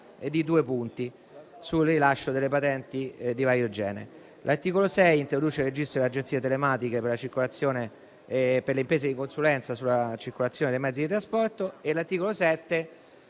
di due punti per il rilascio delle patenti di vario genere. L'articolo 6 introduce il registro delle agenzie telematiche per le imprese di consulenza sulla circolazione dei mezzi di trasporto. L'articolo 7